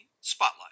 Spotlight